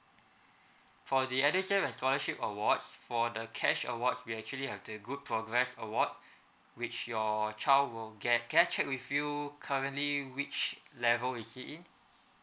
for the edusave and scholarship awards for the cash awards we actually have the good progress award which your child will get can I check with you currently which level is he in